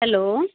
hello